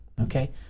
okay